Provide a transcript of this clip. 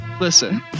Listen